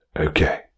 Okay